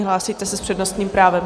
Hlásíte se s přednostním právem.